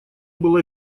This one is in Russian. было